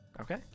Okay